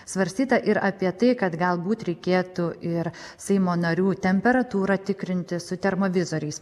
svarstyta ir apie tai kad galbūt reikėtų ir seimo narių temperatūrą tikrinti su termovizoriais